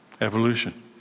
Evolution